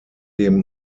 dem